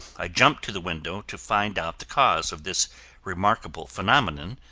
i jump to the window to find out the cause of this remarkable phenomenon,